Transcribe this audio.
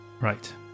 Right